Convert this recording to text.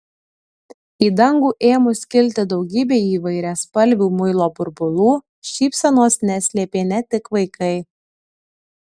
į dangų ėmus kilti daugybei įvairiaspalvių muilo burbulų šypsenos neslėpė ne tik vaikai